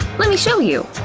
lemme show you.